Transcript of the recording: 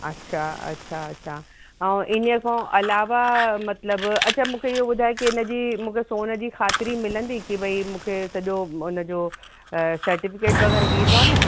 अच्छा अच्छा अच्छा ऐं इनखां अलावा मतिलब अच्छा मूंखे इहो ॿुधायो की मूंखे मतिलब इनजी मूंखे सोन जी ख़ातिरी मिलंदी की भई मूंखे सॼो इनजो सर्टिफ़िकेट वगै़रह ॾींदव न